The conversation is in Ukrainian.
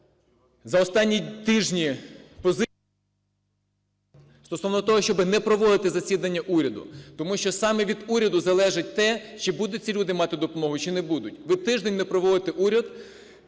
за обласні тижні позицію стовно того, щоби не проводити засідання уряду. Тому що саме від уряду залежить те, чи будуть ці люди мати допомогу, чи не будуть. Ви тиждень не проводите уряд,